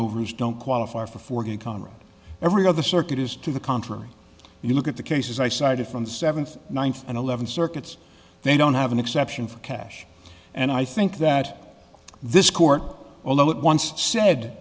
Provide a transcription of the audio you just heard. overs don't qualify for for good conrad every other circuit is to the contrary you look at the cases i cited from seventh ninth and eleven circuits they don't have an exception for cash and i think that this court although it once said